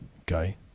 okay